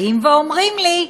באים ואומרים לי: